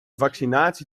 vaccinatie